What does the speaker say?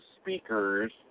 speakers